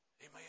Amen